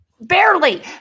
Barely